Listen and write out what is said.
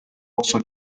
also